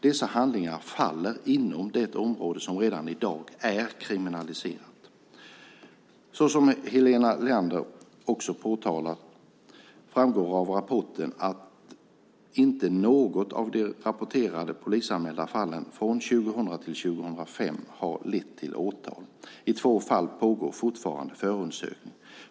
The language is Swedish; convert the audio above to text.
Dessa handlingar faller inom det område som redan i dag är kriminaliserat. Så som Helena Leander också påtalat framgår av rapporten att inte något av de rapporterade polisanmälda fallen från 2000-2005 har lett till åtal. I två fall pågår fortfarande förundersökning.